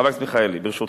ברשותך.